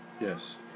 Yes